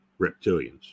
reptilians